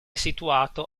situato